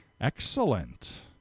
Excellent